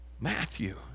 Matthew